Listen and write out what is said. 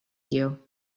you